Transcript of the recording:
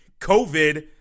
COVID